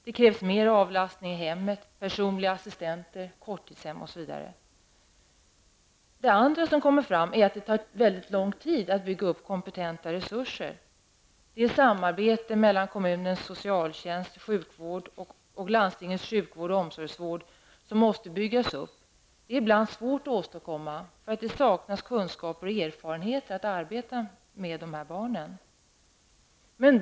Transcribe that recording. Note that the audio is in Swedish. Det krävs mera avlasting i hemmet, personliga assistenter, korttidshem osv. En annan sak som kommer fram är att det tar lång tid att bygga upp kompetenta resurser. Det samarbete mellan kommunens socialtjänst och sjukvård och omsorgsvård som måste byggas upp är ibland svårt att åstadkomma, eftersom det saknas kunskaper och erfarenheter av att arbeta med dessa barn.